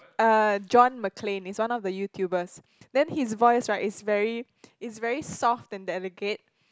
uh John Maclane is one of the YouTubers then his voice right is very is very soft and delicate